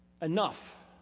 enough